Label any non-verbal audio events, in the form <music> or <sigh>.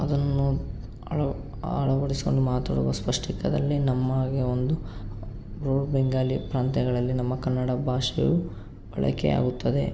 ಅದನ್ನು ಅಳ ಅಳವಡಿಸಿಕೊಂಡು ಮಾತಾಡುವ ಸ್ಪಷ್ಟಿತದಲ್ಲಿ ನಮ್ಮಗೆ ಒಂದು <unintelligible> ಬೆಂಗಾಲಿ ಪ್ರಾಂತ್ಯಗಳಲ್ಲಿ ನಮ್ಮ ಕನ್ನಡ ಭಾಷೆಯು ಬಳಕೆ ಆಗುತ್ತದೆ